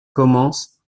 commence